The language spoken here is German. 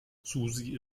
susi